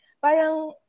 Parang